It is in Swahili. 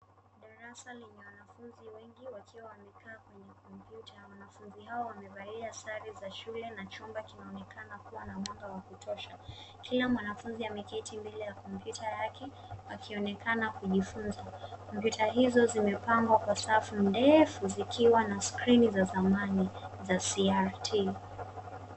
Darasa lenye wanafunzi wengi wakiwa wamekaa kwenye kompyuta. Wanafunzi hao wamevalia sare za shule na chumba kinaonekana kuwa na mwanga wa kutosha. Kila mwanafunzi ameketi mbele ya kompyuta yake akionekana kujifunza. Kompyuta hizo zimepangwa kwa safu ndefu zikiwa na skrini za zamani za CRT .